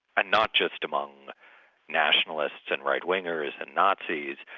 and not just among nationalists and right-wingers and nazis,